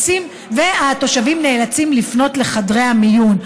והתושבים נאלצים לפנות לחדרי המיון.